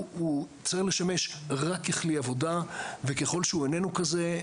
הוא צריך לשמש רק ככלי עבודה וככל שהוא איננו כזה,